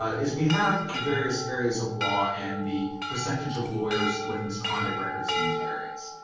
ah is we have various areas of law and the percentage of lawyers with misconduct records in these areas.